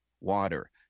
water